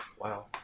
Wow